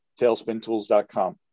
tailspintools.com